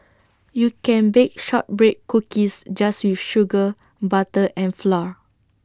you can bake Shortbread Cookies just with sugar butter and flour